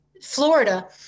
Florida